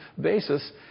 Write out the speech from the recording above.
basis